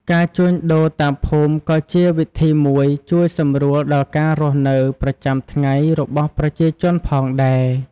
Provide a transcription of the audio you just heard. ការជួញដូរតាមភូមិក៏ជាវិធីមួយជួយសម្រួលដល់ការរស់នៅប្រចាំថ្ងៃរបស់ប្រជាជនផងដែរ។